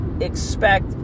expect